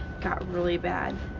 got really bad.